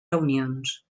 reunions